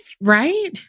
Right